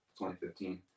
2015